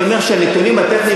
אני אומר שהנתונים הטכניים,